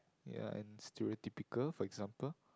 ya and stereotypical for example